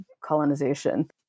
colonization